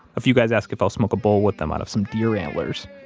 a few guys ask if i'll smoke a bowl with them out of some deer antlers.